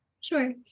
Sure